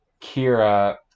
Kira